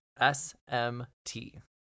SMT